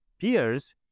peers